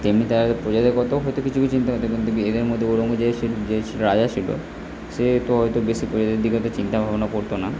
তেমনি তারা প্রজাদের কথাও হয়তো কিছু কিছু চিন্তা করতো কিন্তু কি এদের মধ্যে ঔরঙ্গজেব যে দেশের রাজা ছিল সে তো হয়তো বেশি প্রজাদের দিকে অত চিন্তা ভাবনা করতো না